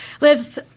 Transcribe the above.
lives